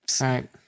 right